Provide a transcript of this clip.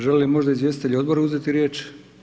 Žele li možda izvjestitelji Odbora uzeti riječ?